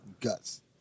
guts